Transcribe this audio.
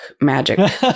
magic